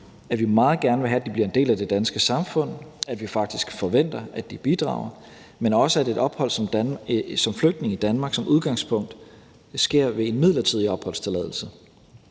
at vi meget gerne vil have, at de bliver en del af det danske samfund, og at vi faktisk forventer, at de bidrager, men også, at et ophold som flygtning i Danmark som udgangspunkt sker ved en midlertidig opholdstilladelse.